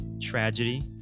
Tragedy